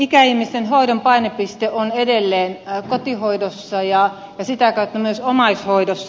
ikäihmisten hoidon painopiste on edelleen kotihoidossa ja sitä kautta myös omaishoidossa